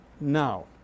now